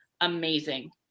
amazing